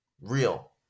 real